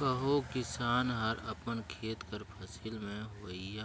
कहों किसान हर अपन खेत कर फसिल में होवइया